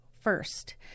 first